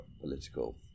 political